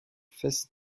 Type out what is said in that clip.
fest